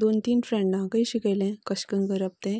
दोन तीन फ्रेंडांकय शिकयलें कशें करून करप ते